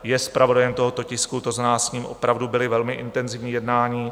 Je zpravodajem tohoto tisku, to znamená, s ním opravdu byla velmi intenzivní jednání.